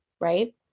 right